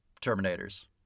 Terminators